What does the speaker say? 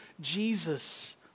Jesus